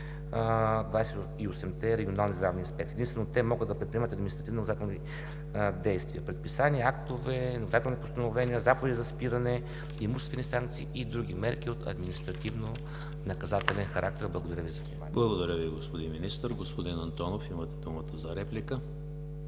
28-те регионални здравни инспекции. Единствено те могат да предприемат административнонаказателни действия – предписания, актове, наказателни постановления, заповеди за спиране, имуществени санкции и други мерки от административнонаказателен характер. Благодаря Ви за вниманието. ПРЕДСЕДАТЕЛ ЕМИЛ ХРИСТОВ: Благодаря Ви, господин Министър. Господин Антонов, имате думата за реплика.